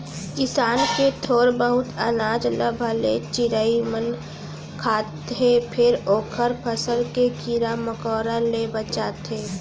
किसान के थोर बहुत अनाज ल भले चिरई मन खाथे फेर ओखर फसल के कीरा मकोरा ले बचाथे